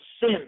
sin